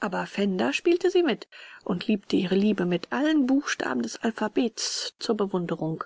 aber pfänder spielte sie mit und liebte ihre liebe mit allen buchstaben des alphabets zur bewunderung